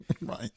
Right